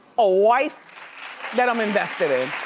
a wife that i'm invested in.